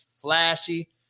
flashy